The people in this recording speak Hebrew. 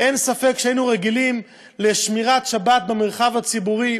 אין ספק שהיינו רגילים לשמירת שבת במרחב הציבורי.